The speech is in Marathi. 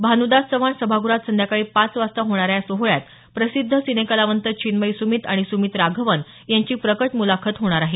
भानुदास चव्हाण सभागृहात संध्याकाळी पाच वाजता होणाऱ्या या सोहळ्यात प्रसिद्ध सिने कलावंत चिन्मयी सुमित आणि सुमित राघवन यांची प्रकट मुलाखत होणार आहे